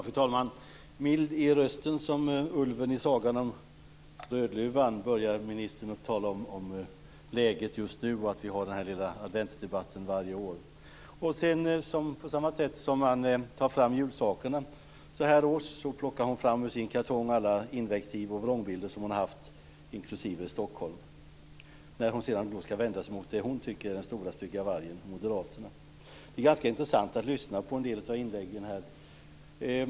Fru talman! Mild i röst som ulven i sagan om Rödluvan började ministern tala om läget just nu, att vi har den här lilla adventsdebatten varje år. Sedan på samma sätt som man tar fram julsakerna så här års plockar man fram från sin kartong alla invektiv och vrångbilder som man haft inklusive bilden av Stockholm när kulturministern ska vända sig mot det som hon tycker är den stora stygga vargen - moderaterna. Det är ganska intressant att lyssna på en del av inläggen.